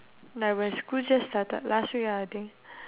like when school just started last week ya I think